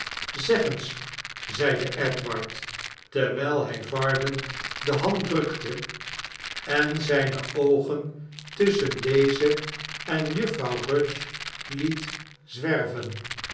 zeg eens zeide edward terwijl hij varden de hand drukte en zijne oogen tusschen dezen en juffrouw rudge liet zwerven